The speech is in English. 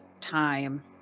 time